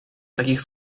takich